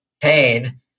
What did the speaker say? pain